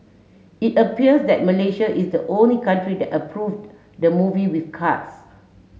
it appears that Malaysia is the only country that approved the movie with cuts